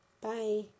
Bye